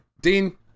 Dean